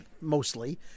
mostly